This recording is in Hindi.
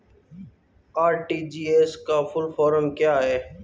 आर.टी.जी.एस का फुल फॉर्म क्या है?